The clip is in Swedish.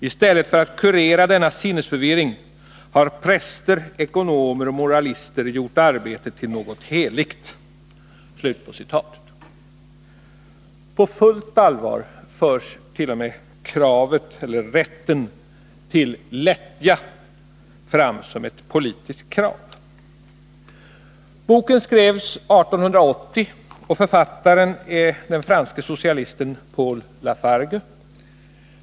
I stället för att kurera denna sinnesförvirring har präster, ekonomer och moralister gjort arbetet till något heligt.” På fullt allvar förs t.o.m. kravet på rätten till lättja fram som ett politiskt krav. Boken skrevs 1880, och författaren är den franske socialisten Paul Lafarque.